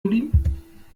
geblieben